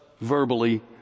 verbally